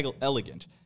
elegant